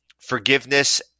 forgiveness